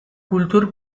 kultur